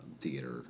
theater